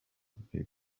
papers